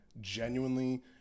genuinely